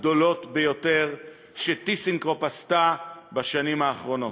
הגדולות ביותר ש"טיסנקרופ" עשתה בשנים האחרונות.